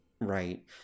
right